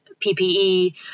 PPE